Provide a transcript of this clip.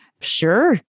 Sure